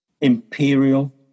Imperial